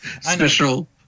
Special